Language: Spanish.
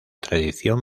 tradición